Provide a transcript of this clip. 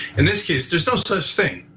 in this case there's no such thing.